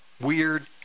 weird